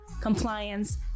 compliance